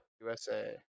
USA